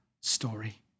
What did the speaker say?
story